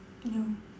ya